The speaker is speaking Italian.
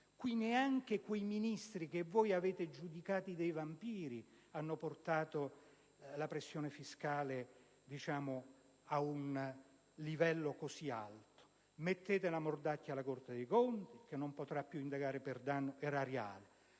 e neanche quei Ministri che voi avete giudicato dei vampiri hanno portato la pressione fiscale ad un livello così elevato. Mettete la mordacchia alla Corte dei conti che non potrà più indagare per danno erariale;